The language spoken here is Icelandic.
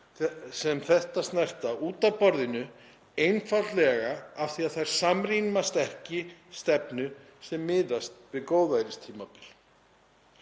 sem þetta snerta út af borðinu einfaldlega af því að þær samrýmast ekki stefnu sem miðast við góðæristímabil.